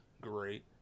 great